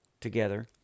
together